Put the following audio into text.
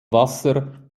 wasser